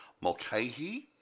Mulcahy